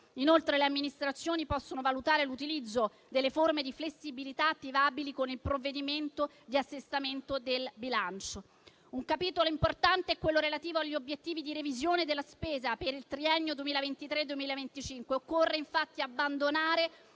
Inoltre, le Amministrazioni possono valutare l'utilizzo delle forme di flessibilità attivabili con il provvedimento di assestamento del bilancio. Un capitolo importante è quello relativo agli obiettivi di revisione della spesa per il triennio 2023-2025. Occorre infatti abbandonare